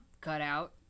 cutout